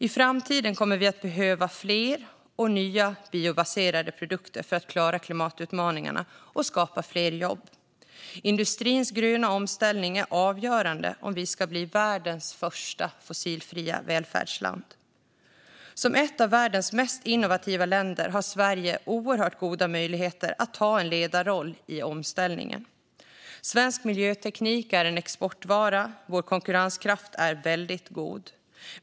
I framtiden kommer vi att behöva fler och nya biobaserade produkter för att klara klimatutmaningarna och skapa fler jobb. Industrins gröna omställning är avgörande om vi ska bli världens första fossilfria välfärdsland. Som ett av världens mest innovativa länder har Sverige oerhört goda möjligheter att ta en ledarroll i omställningen. Svensk miljöteknik är en exportvara, och vår konkurrenskraft är väldigt god.